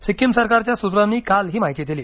सिक्किम सरकारच्या सूत्रांनी काल ही माहिती दिली